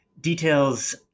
details